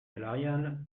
salariale